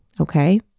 Okay